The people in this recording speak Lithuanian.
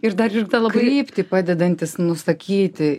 ir dar ir tą kryptį padedantys nusakyti